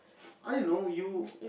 I know you